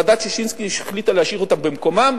ועדת-ששינסקי החליטה להשאיר אותם במקומם.